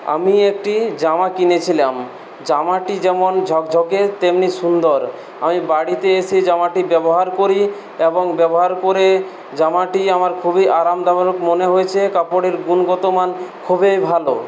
আমি একটি জামা কিনেছিলাম জামাটি যেমন ঝকঝকে তেমনি সুন্দর আমি বাড়িতে এসে জামাটি ব্যবহার করি এবং ব্যবহার করে জামাটি আমার খুবই আরাম মনে হয়েছে কাপড়ের গুণগত মান খুবই ভালো